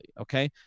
Okay